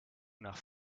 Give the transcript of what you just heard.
nach